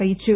അറിയിച്ചു